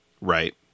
Right